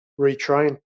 retrain